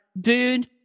Dude